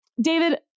David